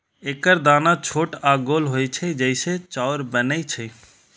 एकर दाना छोट आ गोल होइ छै, जइसे चाउर बनै छै